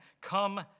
come